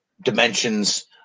dimensions